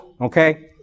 Okay